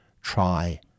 try